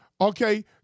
Okay